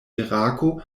irako